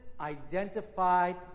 identified